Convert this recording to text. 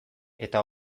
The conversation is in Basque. eta